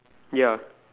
ya